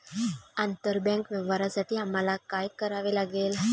आंतरबँक व्यवहारांसाठी आम्हाला काय करावे लागेल?